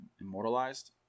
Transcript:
immortalized